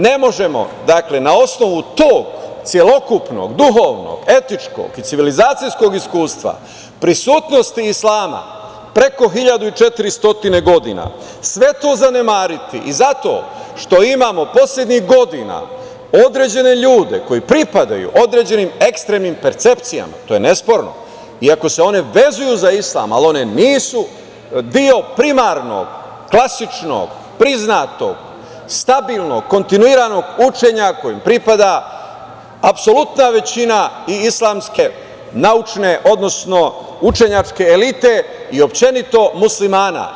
Ne možemo na osnovu tog celokupnog, duhovnog, etičkog i civilizacijskog iskustva, prisutnosti islama preko 1.400 godina sve to zanemariti, zato što imamo poslednjih godina određene ljudi koji pripadaju određenim ekstremnim percepcijama, to je nesporno, iako se one vezuju za islam, ali one nisu deo primarnog, klasičnog, priznatog, stabilnog, kontinuiranog učenja kojem pripada apsolutna većina i islamske naučne, odnosno učenjačke elite i uopšte Muslimana.